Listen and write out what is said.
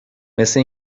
مثه